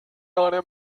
einem